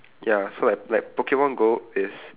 ya so like like pokemon go is